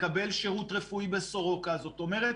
לקבל שירות רפואי בסורוקה זאת אומרת,